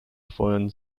feuern